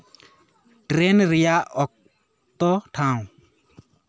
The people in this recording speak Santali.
ᱴᱨᱮᱱ ᱨᱮᱭᱟᱜ ᱚᱠᱛᱚ ᱴᱷᱟᱶ